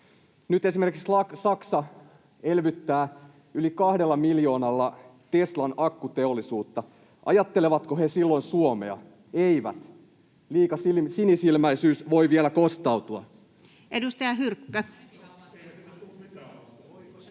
Nyt esimerkiksi Saksa elvyttää yli 2 miljardilla Teslan akkuteollisuutta. Ajattelevatko he silloin Suomea? Eivät. Liika sinisilmäisyys voi vielä kostautua. [Speech 117]